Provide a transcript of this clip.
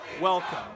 Welcome